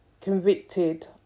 convicted